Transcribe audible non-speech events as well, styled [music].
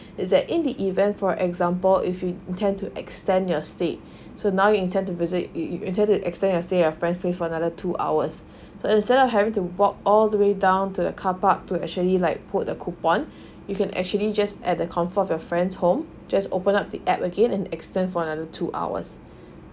is that in the event for example if you intend to extend your stay [breath] so now you intend to visit you you intend to extend your stay at friend free for another two hours [breath] so is there a having to walk all the way down to the carpark to actually like put a coupon [breath] you can actually just at the confirm your friend's home just open up the app again and extend for another two hours [breath]